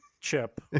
chip